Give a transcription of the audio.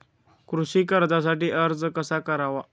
कृषी कर्जासाठी अर्ज कसा करावा?